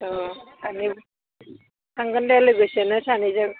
औ सानै थांगोन दे लोगोसेनो सानैजों